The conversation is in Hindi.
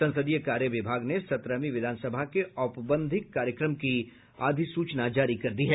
संसदीय कार्य विभाग ने सत्रहवीं विधानसभा के औपबंधिक कार्यक्रम की अधिसूचना जारी कर दी है